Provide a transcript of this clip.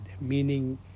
meaning